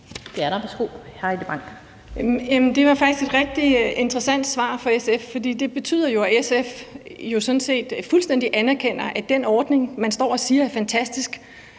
Heidi Bank (V): Det var faktisk et rigtig interessant svar fra SF, for det betyder jo, at SF sådan set fuldstændig anerkender, at den ordning, man står og siger er fantastisk,